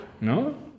no